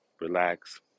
relax